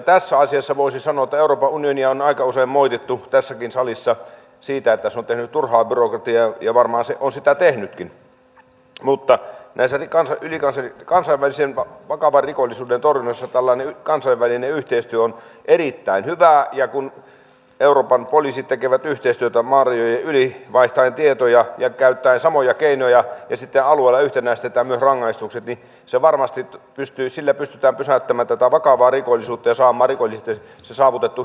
tässä asiassa voisi sanoa että euroopan unionia on aika usein moitittu tässäkin salissa siitä että se on tehnyt turhaa byrokratiaa ja varmaan se on sitä tehnytkin mutta kansainvälisen vakavan rikollisuuden torjunnassa tällainen kansainvälinen yhteistyö on erittäin hyvää ja kun euroopan poliisit tekevät yhteistyötä maarajojen yli vaihtaen tietoja ja käyttäen samoja keinoja ja sitten alueella yhtenäistetään myös rangaistukset niin sillä varmasti pystytään pysäyttämään tätä vakavaa rikollisuutta ja saamaan rikollisilta se saavutettu hyöty pois